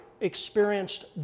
experienced